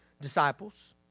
Disciples